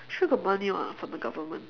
sure got money [one] from the government